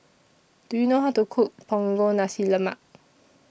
Do YOU know How to Cook Punggol Nasi Lemak